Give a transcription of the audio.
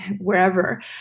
wherever